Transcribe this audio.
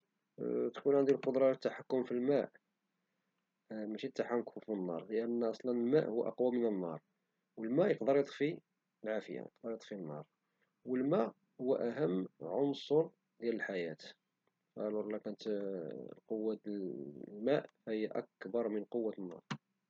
تكون عندي القدرة على التحكم في الماء ماشي التحكم في النار لأن أصلا الماء هو أقوى من النار، الماء يقدر يطفي العافية، والماء هو أهم عنصر في الحياة، ألور قوة الماء فهي أكبر من قوة النار.